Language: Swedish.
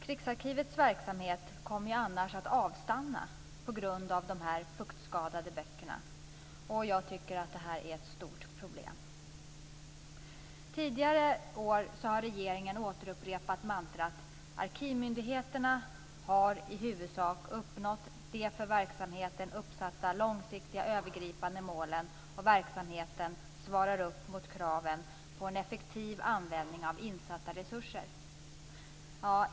Krigsarkivets verksamhet kommer annars att avstanna på grund av de fuktskadade böckerna. Jag tycker att detta är ett stort problem. Tidigare år har regeringen upprepat mantrat: Arkivmyndigheterna har i huvudsak uppnått de för verksamheten uppsatta långsiktiga övergripande målen, och verksamheten svarar upp mot kraven på en effektiv användning av insatta resurser.